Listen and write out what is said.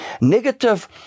Negative